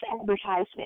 advertisement